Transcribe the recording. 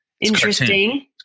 Interesting